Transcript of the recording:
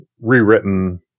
rewritten